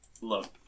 look